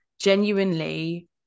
Genuinely